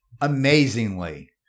amazingly